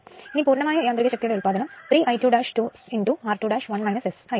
ഇനി പൂർണമായ യാന്ത്രിക ശക്തിയുടെ ഉത്പാദനം 3 I2 2 r2 1 S ആയിരിക്കും